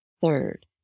Third